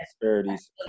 disparities